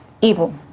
evil